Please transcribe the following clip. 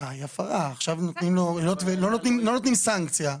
לא נותנים סנקציה.